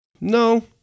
No